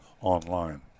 online